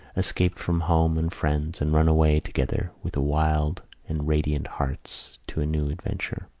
escaped from home and friends and run away together with wild and radiant hearts to a new adventure.